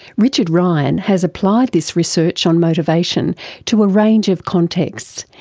richard ryan has applied this research on motivation to a range of contexts,